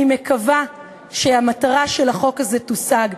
אני מקווה שהמטרה של החוק הזה תושג,